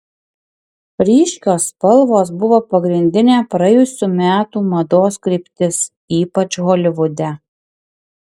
ryškios spalvos buvo pagrindinė praėjusių metų mados kryptis ypač holivude